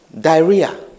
diarrhea